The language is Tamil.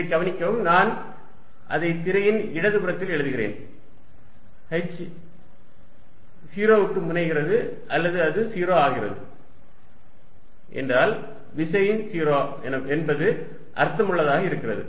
Fvertical2πqλhR4π0h2R232Qqh4π0h2R232 கவனிக்கவும் நான் அதை திரையின் இடதுபுறத்தில் எழுதுகிறேன் h 0க்கு முனைகிறது அல்லது அது 0 ஆகிறது என்றால் விசை 0 என்பது அர்த்தமுள்ளதாக இருக்கிறது